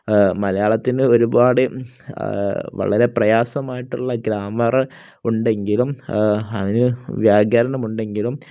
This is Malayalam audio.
മലയാളത്തിന് ഒരുപാട് വളരെ പ്രയാസമായിട്ടുള്ള ഗ്രാമര് ഉണ്ടെങ്കിലും അതിനു വ്യാകരണമുണ്ടെങ്കിലും